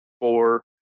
four